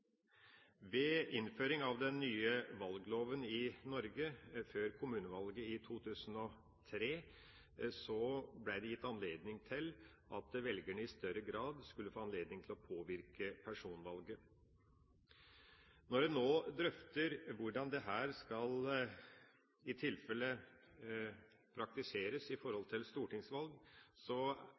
Ved innføringen av den nye valgloven i Norge før kommunevalget i 2003 ble det gitt anledning for velgerne til i større grad å påvirke personvalget. Når en nå drøfter hvordan dette eventuelt skal praktiseres når det gjelder stortingsvalg, er det et spørsmål om å få til en velfungerende valgordning, som skal